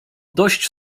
dość